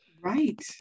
Right